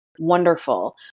Wonderful